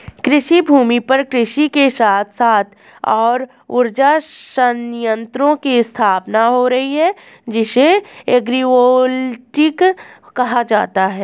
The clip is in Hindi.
कृषिभूमि पर कृषि के साथ साथ सौर उर्जा संयंत्रों की स्थापना हो रही है जिसे एग्रिवोल्टिक कहा जाता है